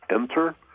Enter